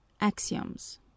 Axioms